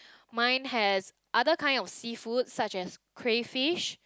mine has other kind of seafood such as crayfish